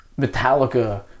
Metallica